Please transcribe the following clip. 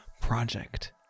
Project